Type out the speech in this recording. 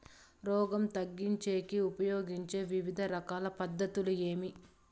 రోగం తగ్గించేకి ఉపయోగించే వివిధ రకాల పద్ధతులు ఏమి?